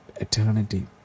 eternity